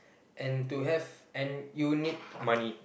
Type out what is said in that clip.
and to have and you need money